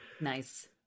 Nice